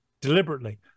deliberately